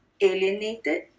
alienated